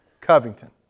Covington